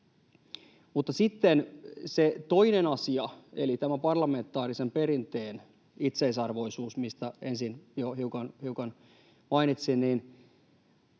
toinen asia eli tämän parlamentaarisen perinteen itseisarvoisuus, mistä ensin jo hiukan mainitsin: